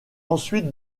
ensuite